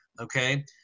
okay